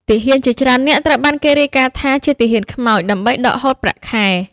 ទាហានជាច្រើននាក់ត្រូវបានគេរាយការណ៍ថាជា "ទាហានខ្មោច" ដើម្បីដកហូតប្រាក់ខែ។